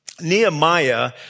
Nehemiah